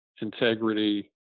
integrity